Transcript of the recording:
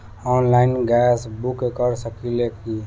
Online gas book कर सकिले की?